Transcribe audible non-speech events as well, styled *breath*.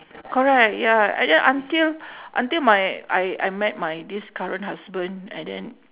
correct ya and then until *breath* until my I I met my this current husband and then